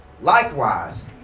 Likewise